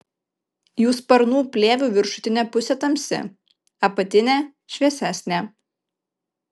jų sparnų plėvių viršutinė pusė tamsi apatinė šviesesnė